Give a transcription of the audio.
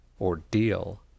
ordeal